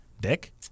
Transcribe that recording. Dick